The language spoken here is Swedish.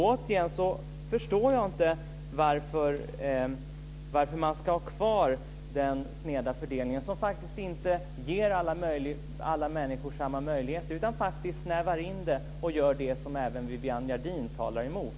Återigen förstår jag inte varför man ska ha kvar den sneda fördelningen, som inte ger alla människor samma möjlighet utan snävar in det och gör det som även Viviann Gerdin talar emot.